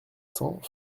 cents